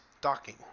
docking